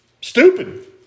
Stupid